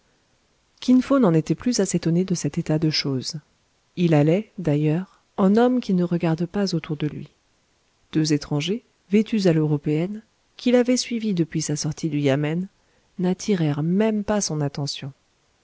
kin fo n'en était plus à s'étonner de cet état de choses il allait d'ailleurs en homme qui ne regarde pas autour de lui deux étrangers vêtus à l'européenne qui l'avaient suivi depuis sa sortie du yamen n'attirèrent même pas son attention